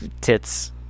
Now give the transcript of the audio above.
tits